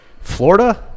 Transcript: Florida